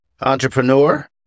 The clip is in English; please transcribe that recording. Entrepreneur